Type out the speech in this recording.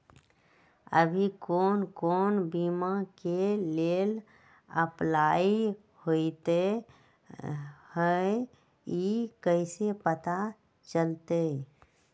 अभी कौन कौन बीमा के लेल अपलाइ होईत हई ई कईसे पता चलतई?